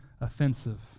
offensive